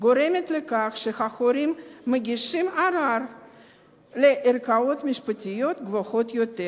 גורמת לכך שההורים מגישים ערר לערכאות משפטיות גבוהות יותר,